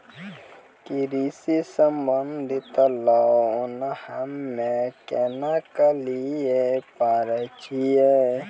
कृषि संबंधित लोन हम्मय केना लिये पारे छियै?